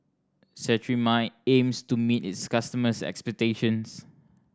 Cetrimide aims to meet its customers' expectations